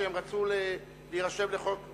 כשהם רצו להירשם לחוק,